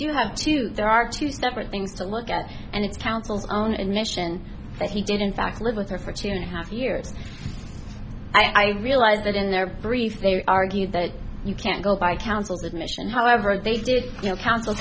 do have to there are two separate things to look at and it's counsel's own admission that he did in fact live with her for two and half years i realized that in their brief they argued that you can't go by counsel's admission however they did you know coun